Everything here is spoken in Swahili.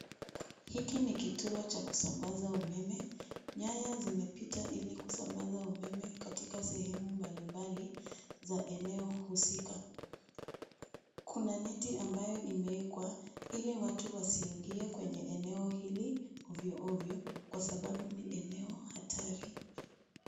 Hiki ni kituo cha kusambaza umeme, nyaya zimepita ili kusambaza umeme katikati sehemu mbalimbali za eneo husika. Kuna neti ambayo imewekwa ili watu wasiingie kwenye eneo hili ovyoovyo kwa sababu ni eneo hatari.